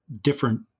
different